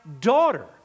daughter